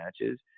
matches